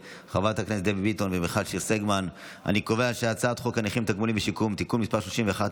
חוק הנכים (תגמולים ושיקום) (תיקון מס' 31),